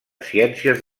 ciències